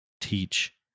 teach